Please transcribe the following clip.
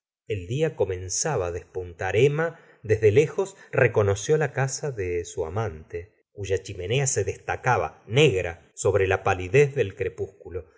el día comenzaba despuntar emma desde le jos reconoció la casa de su amante cuya chimenea se destacaba negra sobre la palidez del crepúsculo